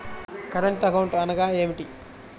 Current account అనగా ఏమిటి?